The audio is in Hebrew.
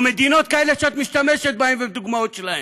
או מדינות כאלה שאת משתמשת בהן ובדוגמאות שלהן.